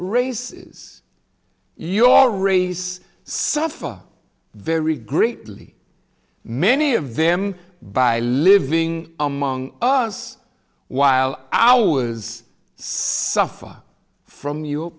races your race suffer very greatly many of them by living among us while ours suffer from you